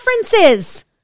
references